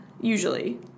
usually